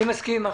אני לא